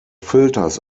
filters